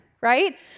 right